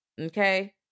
Okay